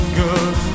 good